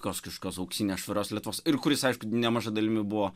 kofsiškos auksinės švarios lietuvos ir kuris aišku nemaža dalimi buvo